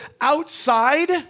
outside